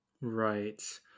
Right